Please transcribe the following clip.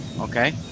okay